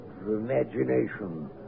imagination